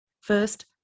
first